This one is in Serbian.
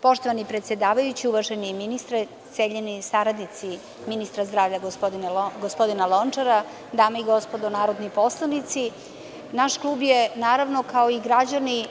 Poštovani predsedavajući, uvaženi ministre, cenjeni saradnici ministra zdravlja gospodina Lončara, dame i gospodo narodni poslanici, naš klub je, naravno kao i građani,